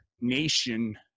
Nation